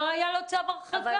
לא היה לו צו הרחקה.